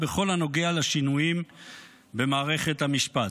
בכל הנוגע לשינויים במערכת המשפט.